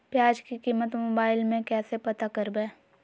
प्याज की कीमत मोबाइल में कैसे पता करबै?